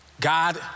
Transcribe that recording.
God